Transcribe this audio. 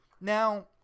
Now